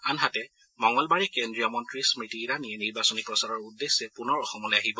আনহাতে মঙলবাৰে কেন্দ্ৰীয় মন্ত্ৰী স্মৃতি ইৰাণীয়ে নিৰ্বাচনী প্ৰচাৰৰ উদ্দেশ্যে পুনৰ অসমলৈ আহিব